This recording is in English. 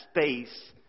space